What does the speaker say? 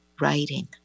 writing